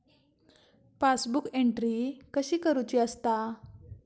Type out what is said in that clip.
Passbook entry कशी करुची असता?